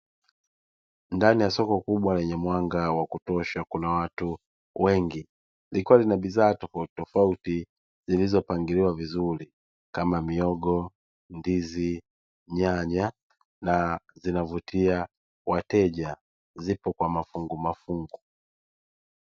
Ndani ya soko kubwa lenye mwanga wa kutosha kuna watu wengi, likiwa na bidhaa tofautitofauti zilizopangiliwa vizuri kama mihogo, ndizi, nyanya na zinavutia wateja, zipo kwa mafungu mafungu.